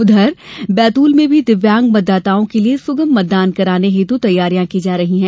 उधर बैतूल में भी दिव्यांग मतदाताओं के लिये सुगम मतदान कराने हेतु तैयारियां की जा रही हैं